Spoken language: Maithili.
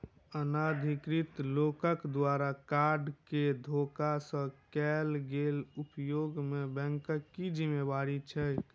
अनाधिकृत लोकक द्वारा कार्ड केँ धोखा सँ कैल गेल उपयोग मे बैंकक की जिम्मेवारी छैक?